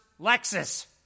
Lexus